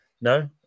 No